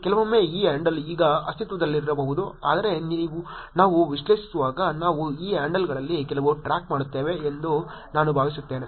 ಕೆಲವೊಮ್ಮೆ ಈ ಹ್ಯಾಂಡಲ್ ಈಗ ಅಸ್ತಿತ್ವದಲ್ಲಿಲ್ಲದಿರಬಹುದು ಆದರೆ ನಾವು ವಿಶ್ಲೇಷಿಸುವಾಗ ನಾವು ಈ ಹ್ಯಾಂಡಲ್ಗಳಲ್ಲಿ ಕೆಲವು ಟ್ರ್ಯಾಕ್ ಮಾಡುತ್ತೇವೆ ಎಂದು ನಾನು ಭಾವಿಸುತ್ತೇನೆ